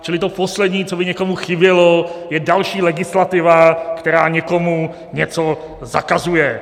Čili to poslední, co by někomu chybělo, je další legislativa, která někomu něco zakazuje.